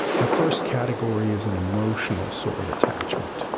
the first category is an emotional sort of attachment,